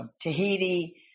Tahiti